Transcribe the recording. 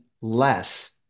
less